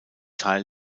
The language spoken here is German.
teil